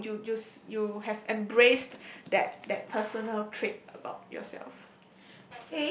you you use you have embraced that personal trait of yourself